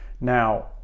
Now